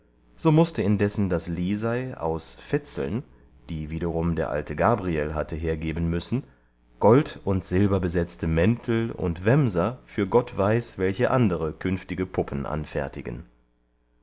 so mußte indessen das lisei aus fetz'ln die wiederum der alte gabriel hatte hergehen müssen gold und silberbesetzte mäntel und wämser für gott weiß welche andere künftige puppen anfertigen